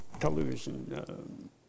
television